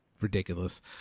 ridiculous